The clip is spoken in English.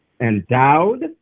endowed